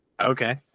Okay